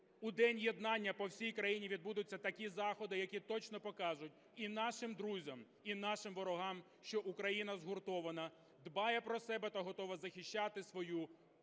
у День єднання, по всій країні відбудуться такі заходи, які точно покажуть і нашим друзям, і нашим ворогам, що Україна згуртована, дбає про себе та готова захищати свою